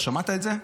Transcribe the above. אתה שמעת את זה?